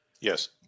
Yes